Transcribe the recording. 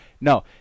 No